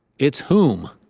it's whom.